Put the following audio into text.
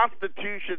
Constitution